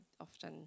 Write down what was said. often